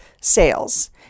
sales